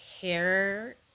hair